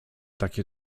takie